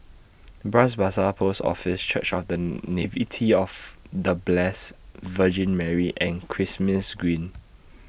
Bras Basah Post Office Church of The of The Blessed Virgin Mary and Kismis Green